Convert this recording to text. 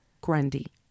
Grundy